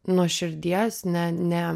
nuo širdies ne ne